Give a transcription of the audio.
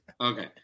Okay